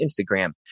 Instagram